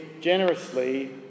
generously